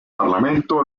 parlamento